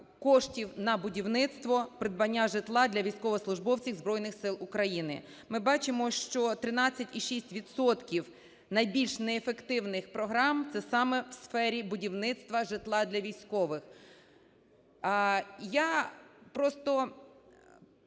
на будівництво, придбання житла для військовослужбовців Збройних Сил України. Ми бачимо, що 13,6 відсотків найбільш неефективних програм – це саме в сфері будівництва житла для військових. Я просто